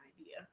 idea